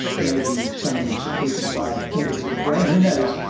maybe something secreted by organs of the brain, who knows,